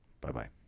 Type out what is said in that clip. Bye-bye